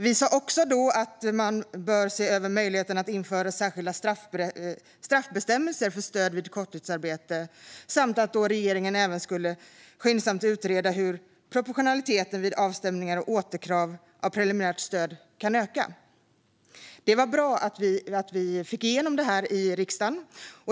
Vi sa också att man borde se över möjligheten att införa särskilda straffbestämmelser för stöd vid korttidsarbete samt att regeringen skyndsamt skulle utreda hur proportionaliteten vid avstämningar och återkrav av preliminärt stöd kunde öka. Det var bra att vi fick igenom det i riksdagen.